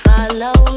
Follow